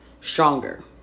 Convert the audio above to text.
stronger